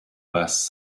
basse